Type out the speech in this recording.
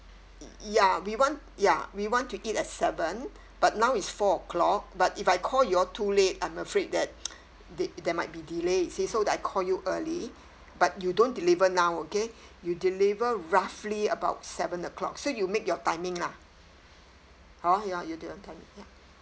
y~ ya we want ya we want to eat at seven but now it's four o'clock but if I call you all too late I'm afraid that there there might be delay you see so I call you early but you don't deliver now okay you deliver roughly about seven o'clock so you make your timing lah hor you do your own timing ya